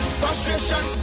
frustration